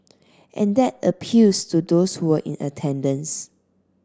and that appeals to those who were in attendance